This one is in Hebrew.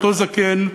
אותו זקן,